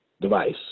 device